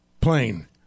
plane